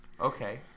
Okay